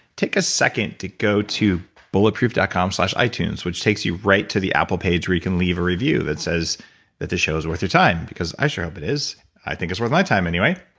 take a second to go to bulletproof dot com slash itunes, which takes you right to the apple page where you can leave a review that says that this show is worth your time, because i sure hope it is. i think it's worth my time anyway